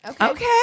Okay